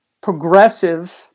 progressive